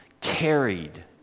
carried